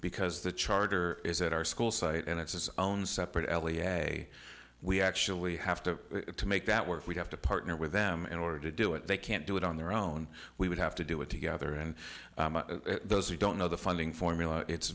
because the charter is at our school site and it says own separate elliot a we actually have to make that work we have to partner with them in order to do it they can't do it on their own we would have to do it together and those we don't know the funding formula it's